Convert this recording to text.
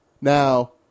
Now